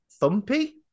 thumpy